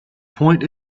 point